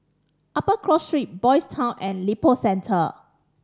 Upper Cross Street Boys' Town and Lippo Centre